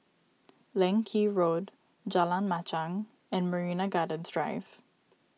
Leng Kee Road Jalan Machang and Marina Gardens Drive